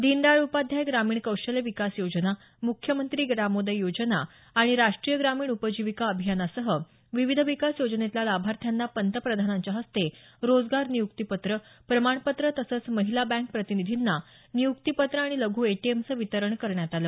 दीनदयाळ उपाध्याय ग्रामीण कौशल्य विकास योजना मुख्यमंत्री ग्रामोदय योजना आणि राष्टीय ग्रामीण उपजीविका अभियानासह विविध विकास योजनेतलल्या लाभार्थ्यांना पंतप्रधानांच्या हस्ते रोजगार नियुक्ती पत्र प्रमाणपत्र तसंच महिला बँक प्रतिनिधींना नियुक्ती पत्र आणि लघ् एटीएमचं वितरण करण्यात आलं